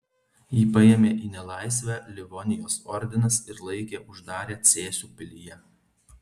jį paėmė į nelaisvę livonijos ordinas ir laikė uždarę cėsių pilyje